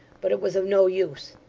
but it was of no use.